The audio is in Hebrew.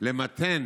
למתן